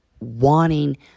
wanting